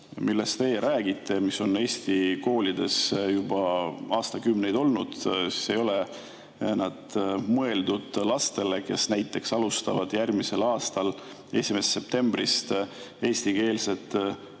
millest teie rääkisite ja mis on Eesti koolides juba aastakümneid olnud, ei ole mõeldud lastele, kes alustavad järgmise aasta 1. septembrist eesti keeles